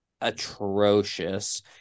atrocious